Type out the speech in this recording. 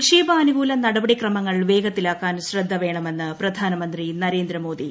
നിക്ഷേപാനുകൂല നടപടിക്രിമങ്ങൾ വേഗത്തിലാക്കാൻ ശ്രദ്ധ വേണമെന്ന് പ്രധാനമന്ത്രി ന്യരേന്ദ്രമോദി